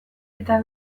eta